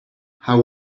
how